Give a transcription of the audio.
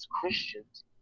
Christians